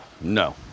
no